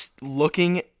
looking